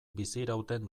bizirauten